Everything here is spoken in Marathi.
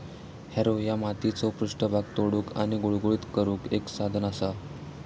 हॅरो ह्या मातीचो पृष्ठभाग तोडुक आणि गुळगुळीत करुक एक साधन असा